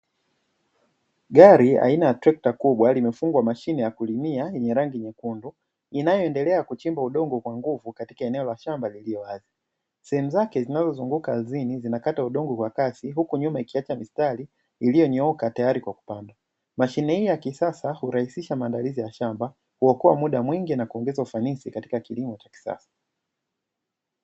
Gari aina ya trekta kubwa limefungwa mashine ya kulimia yenye rangi nyekundu, inayoendelea kuchimba udongo kwa nguvu katika eneo la shamba lililo wazi. Sehemu zake zinazozunguka ardhini zinakata udongo kwa kasi huku nyuma ikiacha mistari iliyonyooka tayari kwa kupanda. Mashine hii ya kisasa hurahisisha maandalizi ya shamba, kuokoa muda mwingi, na kuongeza ufanisi katika kilimo cha kisasa.